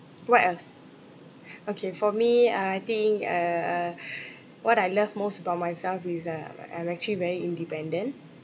what else okay for me I think uh uh what I love most about myself is um I'm actually very independent